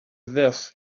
this